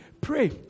Pray